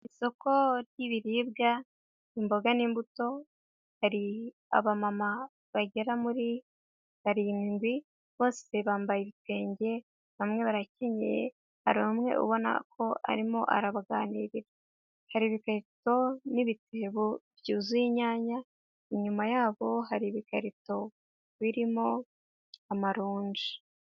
Isoko ry'ibiribwa imboga n'imbuto, hari abamama bagera muri barindi bose bambaye ibitenge, bamwe barakenyeye, umwe ubona ko arimo arabaganira hari ibikarito n'ibitebo, byuzuye inyanya, inyuma yabo hari ibikarito birimo amaronji.